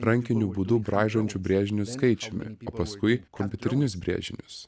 rankiniu būdu braižančių brėžinius skaičiumi paskui kompiuterinius brėžinius